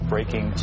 Breaking